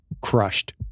crushed